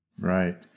Right